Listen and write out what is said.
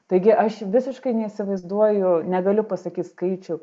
taigi aš visiškai neįsivaizduoju negaliu pasakyt skaičių